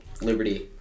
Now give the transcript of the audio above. Liberty